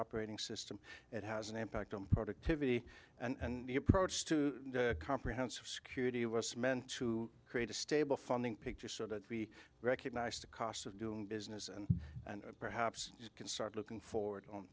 operating system it has an impact on productivity and the approach to comprehensive security was meant to create a stable funding picture so that we recognized the costs of doing business and and perhaps you can start looking forward on